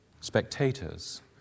spectators